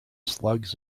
slugs